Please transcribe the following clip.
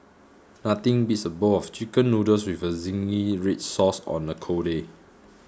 nothing beats a bowl of chicken noodles with a zingy red sauce on a cold day